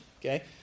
okay